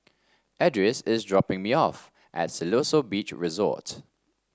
Edris is dropping me off at Siloso Beach Resort